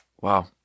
Wow